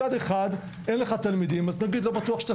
מצד אחד אין להם תלמידים אז אתה לא בטוח שאתה